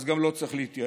אז גם לא צריך להתייעץ.